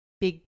Big